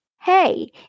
hey